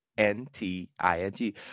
N-T-I-N-G